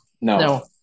no